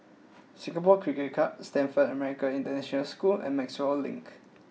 Singapore Cricket Club Stamford American International School and Maxwell Link